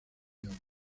york